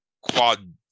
quad